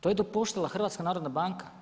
To je dopuštala HNB.